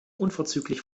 unverzüglich